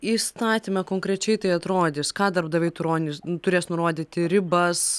įstatyme konkrečiai tai atrodys ką darbdaviai turonis turės nurodyti ribas